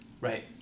Right